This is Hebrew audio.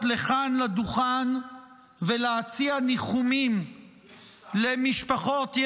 לכאן לדוכן ולהציע ניחומים למשפחות.